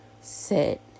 set